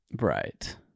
Right